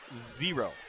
zero